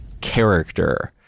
character